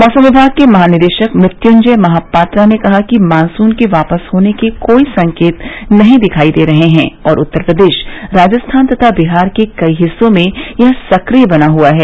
मौसम विभाग के महानिदेशक मृत्युंज्य महापात्रा ने कहा कि मॉनसून के वापस होने के कोई संकेत नहीं दिखाई दे रहे हैं और उत्तर प्रदेश राजस्थान तथा बिहार के कई हिस्सों में यह सक्रिय बना हुआ है